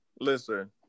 listen